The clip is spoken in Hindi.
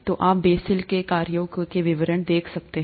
तो आप बेसेल के कार्यों के विवरण देख सकते हैं